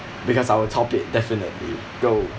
because I will top it definitely go